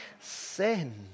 sin